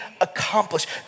accomplished